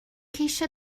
ceisio